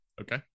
okay